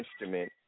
instrument